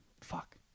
fuck